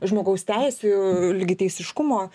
žmogaus teisių lygiateisiškumo